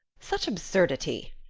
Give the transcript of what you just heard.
such absurdity!